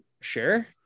Sure